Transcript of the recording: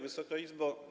Wysoka Izbo!